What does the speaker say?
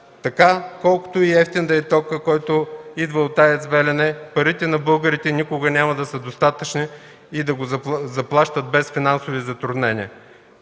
Така колкото и евтин да е токът, който идва от АЕЦ „Белене”, парите на българите никога няма да са достатъчни и да го заплащат без финансови затруднения.